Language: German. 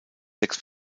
sechs